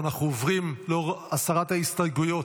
לאור הסרת ההסתייגויות,